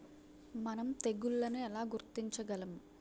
మనం తెగుళ్లను ఎలా గుర్తించగలం?